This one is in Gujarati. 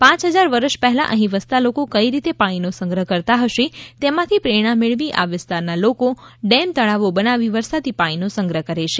પાંચ હજાર વરસ પહેલા અહી વસ્તા લોકો કઇ રીતે પાણીનો સંગ્રહ કરતા હશે તેમાંથી પ્રેરણા મેળવી આ વિસ્તારના લોકો ડેમ તળાવો બનાવી વરસાદી પાણીનો સંગ્રહ કરે છે